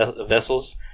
vessels